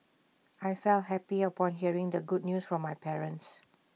I felt happy upon hearing the good news from my parents